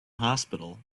hospital